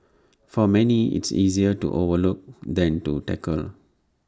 for many it's easier to overlook than to tackle